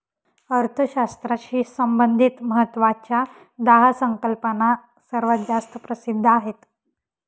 अर्थशास्त्राशी संबंधित महत्वाच्या दहा संकल्पना सर्वात जास्त प्रसिद्ध आहेत